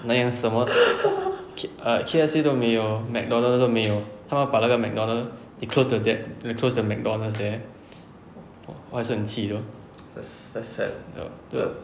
nanyang 什么 K~ err K_F_C 都没有 mcdonalds 都没有他们把那个 mcdonalds they close the that they close the mcdonalds there 我还是很气 though ya